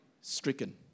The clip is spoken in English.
stricken